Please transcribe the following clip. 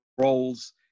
roles